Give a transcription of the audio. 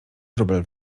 wróbel